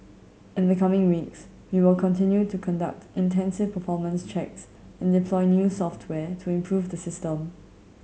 in the coming weeks we will continue to conduct intensive performance checks and deploy new software to improve the system